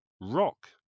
rock